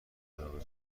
علاقه